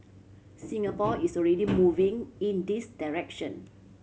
Singapore is already moving in this direction